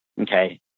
Okay